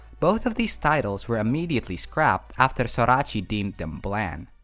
both of these titles were immediately scrapped after sorachi deemed them bland.